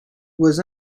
was